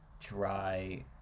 dry